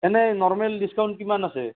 এনেই normal discount কিমান আছে